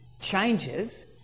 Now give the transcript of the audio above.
changes